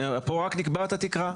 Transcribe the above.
כאן רק נקבעת התקרה.